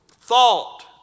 thought